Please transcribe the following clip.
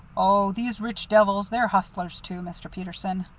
oh, these rich devils! they're hustlers, too, mr. peterson.